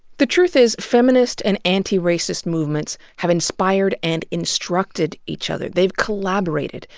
the truth is, feminist and antiracist movements have inspired and instructed each other, they've collaborated,